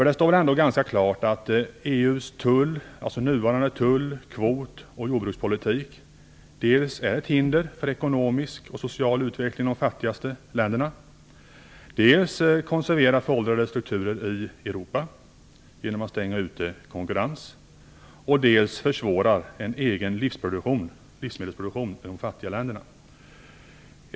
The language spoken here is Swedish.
Det står ändå ganska klart att EU:s nuvarande tull-, kvot och jordbrukspolitik dels är ett hinder för ekonomisk och social utveckling i de fattigaste länderna, dels konserverar föråldrade strukturer i Europa genom att konkurrens utestängs, dels försvårar en egen livsmedelsproduktion i de fattiga länderna.